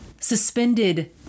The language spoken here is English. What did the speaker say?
suspended